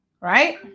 right